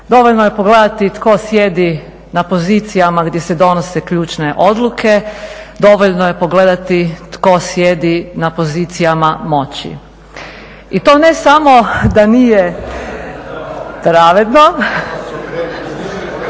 Dovoljno je pogledati tko sjedi na pozicija gdje se donose ključne odluke, dovoljno je pogledati tko sjedi na pozicijama moći. I to ne samo da nije pravedno…